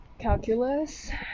calculus